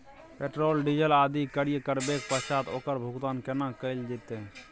Petrol, diesel आदि क्रय करबैक पश्चात ओकर भुगतान केना कैल जेतै?